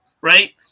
Right